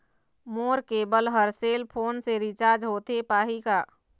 मोर cable हर cell phone से recharge होथे पाही का?